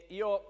io